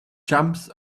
jumps